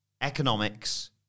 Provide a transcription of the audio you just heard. economics